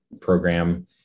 program